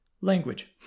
language